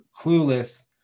clueless